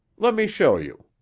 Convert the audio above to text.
let me show you.